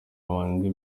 babandi